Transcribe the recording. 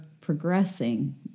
progressing